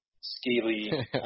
scaly